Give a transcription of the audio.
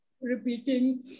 repeating